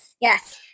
Yes